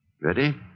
Ready